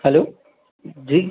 hello जी